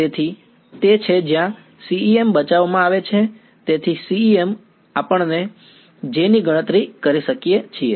તેથી તે તે છે જ્યાં CEM બચાવમાં આવે છે તેથી CEM આપણે J ની ગણતરી કરીએ છીએ